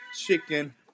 chicken